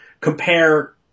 compare